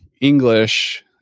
English